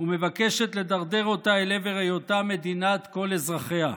ומבקשת לדרדר אותה אל עבר מדינת כל אזרחיה.